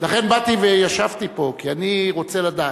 לכן באתי וישבתי פה, כי אני רוצה לדעת.